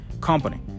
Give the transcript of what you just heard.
company